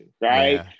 Right